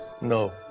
no